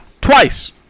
twice